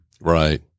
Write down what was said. right